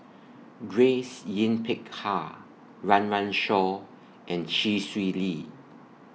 Grace Yin Peck Ha Run Run Shaw and Chee Swee Lee